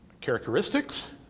characteristics